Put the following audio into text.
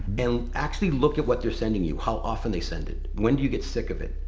and actually look at what they're sending you, how often they send it, when do you get sick of it?